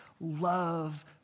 love